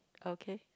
okay